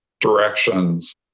directions